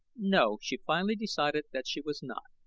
no, she finally decided that she was not.